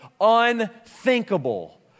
unthinkable